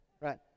Right